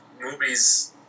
movies